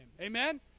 amen